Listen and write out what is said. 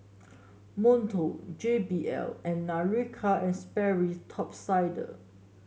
Monto J B L and Nautica And Sperry Top Sider